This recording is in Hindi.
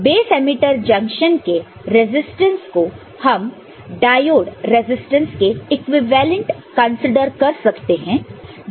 बेस एमिटर जंक्शन के रेजिस्टेंस को हम डायोड रेजिस्टेंस के इक्विवेलेंट कंसीडर कर सकते हैं